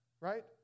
right